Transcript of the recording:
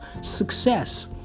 success